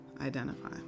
identify